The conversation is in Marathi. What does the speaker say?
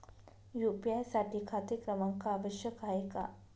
यू.पी.आय साठी खाते क्रमांक आवश्यक आहे का?